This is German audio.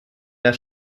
der